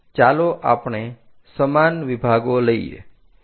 ચાલો આપણે સમાન વિભાગો લઈએ